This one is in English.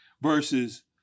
versus